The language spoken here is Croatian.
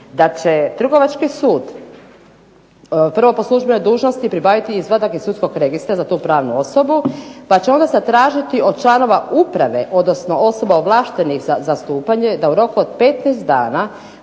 da će trgovački sud prvo po službenoj dužnosti pribaviti izvadak iz sudskog registra za tu pravnu osobu, pa će onda zatražiti od članova uprave, odnosno osoba ovlaštenih za zastupanje, da u roku od 15 dana